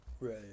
right